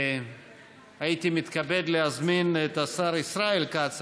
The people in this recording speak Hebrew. הייתי מתכבד להזמין את השר ישראל כץ,